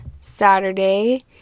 saturday